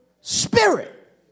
spirit